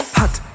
hot